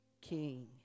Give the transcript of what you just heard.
king